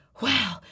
Wow